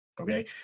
Okay